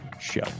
Show